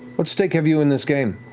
what stake have you in this game?